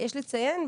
יש לציין,